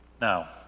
Now